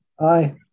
Aye